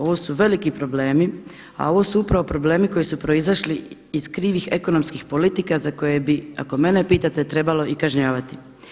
Ovo su veliki problemi, a ovo su upravo problemi koji su proizašli iz krivih ekonomskih politika za koje bi ako mene pitate trebalo i kažnjavati.